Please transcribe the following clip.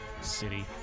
city